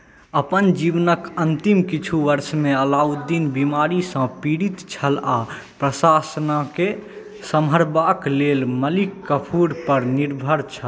अपन जीवनक अन्तिम किछु वर्षमे अलाउद्दीन बीमारीसँ पीड़ित छल आ प्रशासनकेँ सम्हारबाक लेल मलिक काफूरपर निर्भर छल